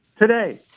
Today